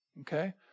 okay